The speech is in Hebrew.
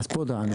אז פה דנו.